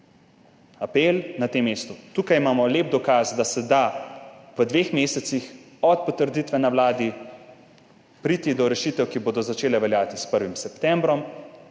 Apel na tem mestu. Tukaj imamo lep dokaz, da se da v dveh mesecih od potrditve na Vladi priti do rešitev, ki bodo začele veljati s 1. septembrom.